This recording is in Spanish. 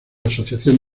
asociación